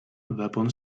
weapon